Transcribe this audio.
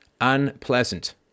unpleasant